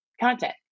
content